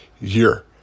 year